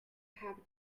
have